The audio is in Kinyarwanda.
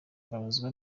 mbabazwa